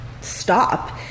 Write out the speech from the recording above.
stop